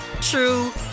true